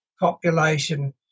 population